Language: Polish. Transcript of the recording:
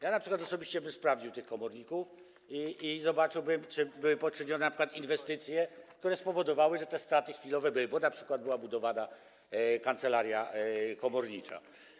Ja np. osobiście bym sprawdził tych komorników i zobaczyłbym, czy poczyniono np. inwestycje, które spowodowały, że były te straty chwilowe, bo np. była budowana kancelaria komornicza.